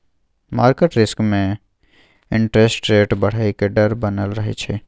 market risk में interest rate बढ़इ के डर बनल रहइ छइ